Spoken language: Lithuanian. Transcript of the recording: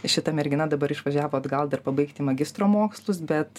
šita mergina dabar išvažiavo atgal dar pabaigti magistro mokslus bet